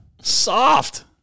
Soft